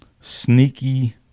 sneaky